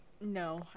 No